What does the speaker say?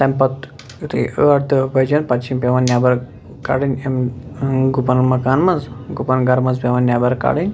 تمہِ پتہٕ یِتھُے ٲٹھ دہ بجن پتہٕ چھِ یِم پیٚوان نٮ۪بر کڑٕنۍ یِم گُپن مکان منٛز گُپن گرٕ منٛز پیٚوان نٮ۪بر کڑٕنۍ